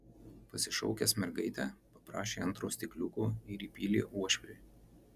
pasišaukęs mergaitę paprašė antro stikliuko ir įpylė uošviui